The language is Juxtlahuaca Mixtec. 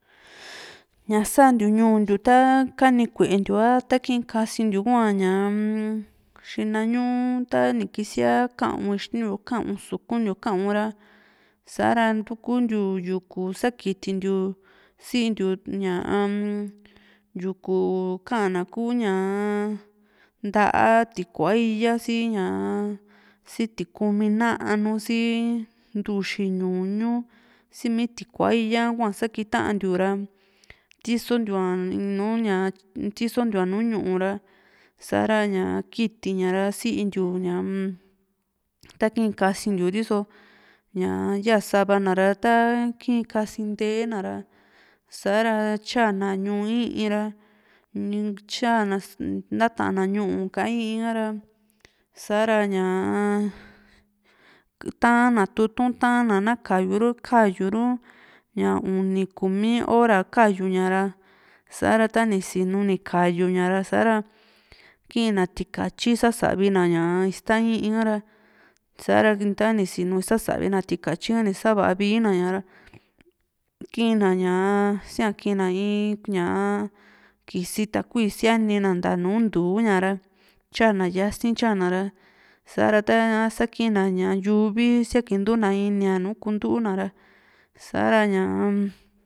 ña santiu ñuu ntiu ta kani kuentiu a ta kiin kasnintiu hua ñaa-m xina ñu tani kisia ka´un ixtintiu ka´un sukuntiu ka´un ra sa´rantukuntiu yuku sakitintiu sintiu ñaa yuku ka´na kuu ñaa nta´a tikua íya si ña si tikumi nanu si ntuxi ñuñu si simi tikua íya sakiantiu ra tisontiua in nùù ña tisontiu nùù ñuu ra sa´ra ña kiitiña ra sintiu ñaa- m ta kii sakintiiu riso ya sa´va na ra taa ki´in kasi nteena ra sa´ra tyana ñuu i´iin ra ntyana ntatana ñu´u ka i´iin ka´ra sa´ra ña ta´na tutu´un ta´na na kayuru, kayuru ña uni kumi hora kayuña ra sa´ra tani sinu ni kayuña ra sa´ra kii´n ña tikatyi sasavi na ista i´iin ka´ra sa´ra tani sinu nisasavi tikatyika ni sinu ra sa´va vii na ña´ra kii´n na siakiina in ñaa kisi takui sianina nta nùù ntuu ña´ra tyana yasi´n tyana ra sa´ra ta saa kina ña yuvi siakintuna inía nu kuntuna ra sa´ra ña.